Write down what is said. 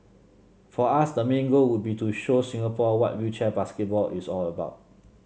for us the main goal would be to show Singapore what wheelchair basketball is all about